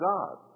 God